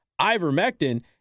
ivermectin